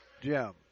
Jim